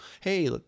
hey